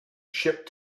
shipped